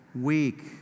week